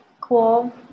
cool